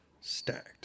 Stacked